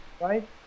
right